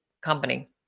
company